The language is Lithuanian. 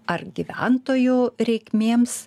ar gyventojų reikmėms